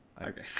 Okay